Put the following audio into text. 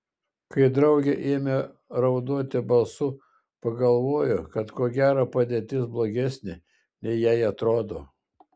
kai draugė ėmė raudoti balsu pagalvojo kad ko gero padėtis blogesnė nei jai atrodo